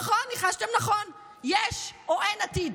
נכון, ניחשתם נכון, יש או אין עתיד.